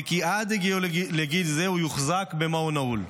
וכי עד הגיעו לגיל זה הוא יוחזק במעון נעול.